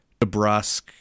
DeBrusque